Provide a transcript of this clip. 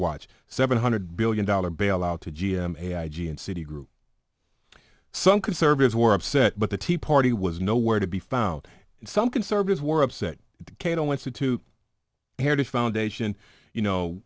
watch seven hundred billion dollars bailout to g m a i g and citi group some conservatives were upset but the tea party was nowhere to be found and some conservatives were upset at the cato institute heritage foundation you know